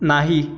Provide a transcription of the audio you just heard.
नाही